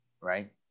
right